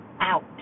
out